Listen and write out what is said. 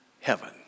Heaven